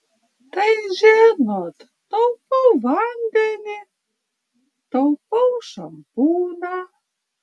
tai žinot taupau vandenį taupau šampūną